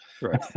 right